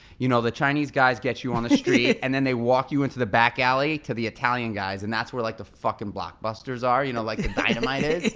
you know the chinese guys get you on the street, and then they walk you into the back alley to the italian guys, and that's where like the fuckin' blockbusters are, you know like the dynamite is?